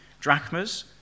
drachmas